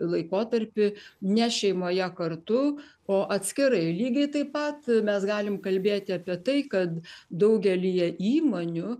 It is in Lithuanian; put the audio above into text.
laikotarpį ne šeimoje kartu o atskirai lygiai taip pat mes galim kalbėti apie tai kad daugelyje įmonių